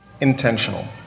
Intentional